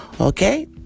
Okay